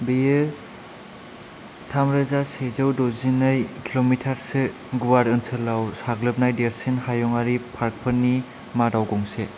बियो थामरोजा सेजौ दजिनै किल'मिटारसो गुवार ओनसोलाव साग्लोबनाय देरसिन हायुङारि पार्कफोरनि मादाव गंसे